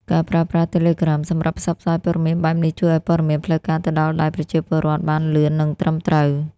ការប្រើប្រាស់ Telegram សម្រាប់ផ្សព្វផ្សាយព័ត៌មានបែបនេះ ជួយឲ្យព័ត៌មានផ្លូវការទៅដល់ដៃប្រជាពលរដ្ឋបានលឿន និងត្រឹមត្រូវ។